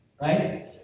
Right